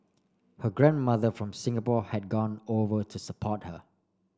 her grandmother from Singapore had gone over to support her